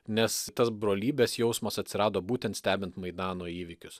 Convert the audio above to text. nes tas brolybės jausmas atsirado būtent stebint maidano įvykius